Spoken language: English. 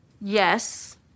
Yes